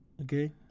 okay